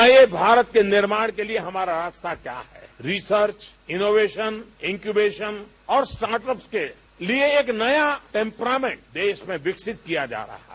नये भारत निर्माण के लिए हमारा रास्ता क्या है रिसर्च इनोवेशन इक्यूवेशन और स्टार्ट अप के लिए एक नया इम्प्राइमेंट देश में विकसित किया जा रहा है